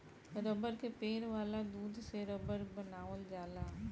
रबड़ के पेड़ वाला दूध से रबड़ बनावल जाला